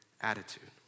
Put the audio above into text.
attitude